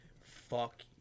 fuck